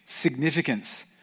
significance